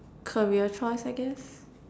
career choice I guess